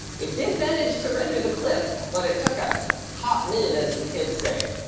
it did manage to render the clip but it took a hot minute, as the kids say.